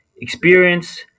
experience